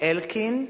זאב אלקין.